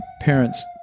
parents